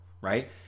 right